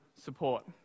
support